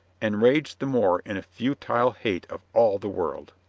and raged the more in a futile hate of all the world.